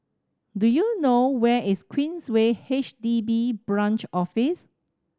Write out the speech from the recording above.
do you know where is Queensway H D B Branch Office